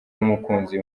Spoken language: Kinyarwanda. n’umukunzi